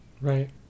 right